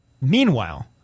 meanwhile